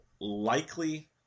Likely